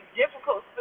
difficult